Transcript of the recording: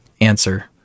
answer